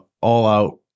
all-out